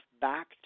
back